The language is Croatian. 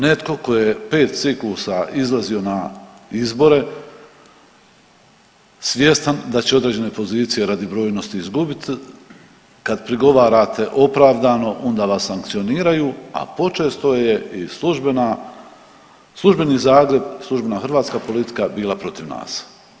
Netko tko je 5 ciklusa izlazio na izbore svjestan da će određene pozicije radi brojnosti izgubit, kad prigovarate opravdano onda vas sankcioniraju, a počesto je i službena, službeni Zagreb, službena hrvatska politika bila protiv nas.